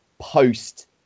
post